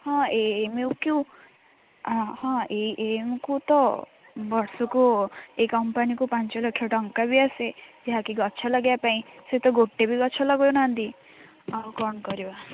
ହଁ A M O Q ହଁ ଏଏମ୍ଓକିୟୁକୁ ତ ବର୍ଷକୁ ଏହି କମ୍ପାନୀକୁ ପାଞ୍ଚ ଲକ୍ଷ ଟଙ୍କା ବି ଆସେ ଯାହାକି ଗଛ ଲଗେଇବା ପାଇଁ ସେ ତ ଗୋଟେ ବି ଗଛ ଲଗାଉନାହାନ୍ତି ଆଉ କ'ଣ କରିବା